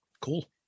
Cool